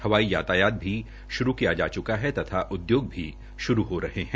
हवाई यातायात भी शुरू किया जा चुका है तथा उद्योग भी शुरू हो रहे है